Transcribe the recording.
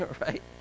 right